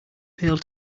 pail